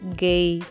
gay